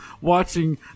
watching